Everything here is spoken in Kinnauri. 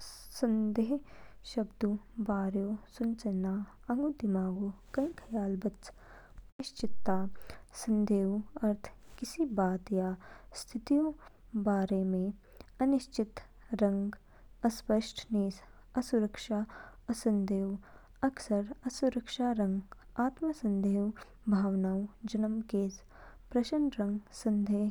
संदेह शब्दऊ बारेओ सुचेना, अंग दिमागो कई ख्याल बच। अनिश्चितता संदेहऊ अर्थ किसी बात या स्थितिऊ बारे में अनिश्चित रंग अस्पष्ट निज। असुरक्षा संदेहऊ अक्सर असुरक्षा रंग आत्म संदेहऊ भावनाऊ जन्म केज। प्रश्न रंग संदेह